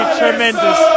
tremendous